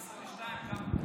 22,000?